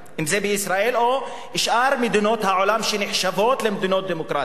אם בישראל או בשאר מדינות העולם שנחשבות למדינות דמוקרטיות.